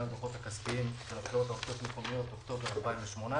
בדוחות הכספיים של- -- מקומיות אוקטובר 2018,